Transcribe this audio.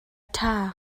ṭha